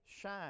shine